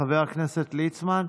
חבר הכנסת ליצמן,